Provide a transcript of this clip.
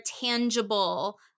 tangible